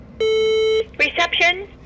Reception